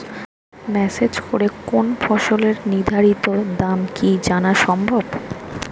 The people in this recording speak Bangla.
মেসেজ করে কোন ফসলের নির্ধারিত দাম কি জানা সম্ভব?